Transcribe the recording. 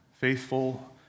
faithful